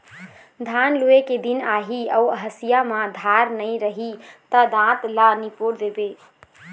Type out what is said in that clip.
धान लूए के दिन आही अउ हँसिया म धार नइ रही त दाँत ल निपोर देबे